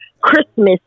Christmas